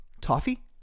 Toffee